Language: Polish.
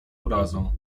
urazą